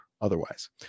otherwise